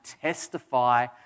testify